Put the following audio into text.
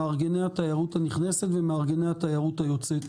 מארגני התיירות הנכנסת ומארגני התיירות היוצאת.